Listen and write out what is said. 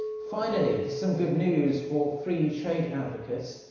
finally some good news for free trade advocates.